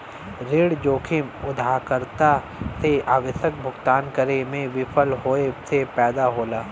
ऋण जोखिम उधारकर्ता से आवश्यक भुगतान करे में विफल होये से पैदा होला